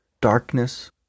darkness